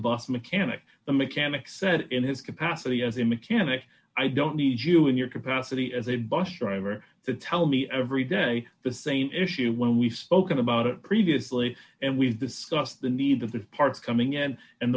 bus mechanic the mechanic said in his capacity as a mechanic i don't need you in your capacity as a bus driver to tell me every day the same issue when we spoke about it previously and we've discussed the need of the parts coming in and